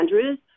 andrews